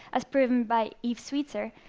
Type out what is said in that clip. as proven by eve sweetser,